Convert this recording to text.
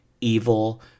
evil